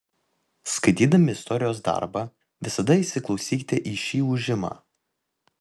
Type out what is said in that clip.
skaitydami istorijos darbą visada įsiklausykite į šį ūžimą